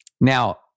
Now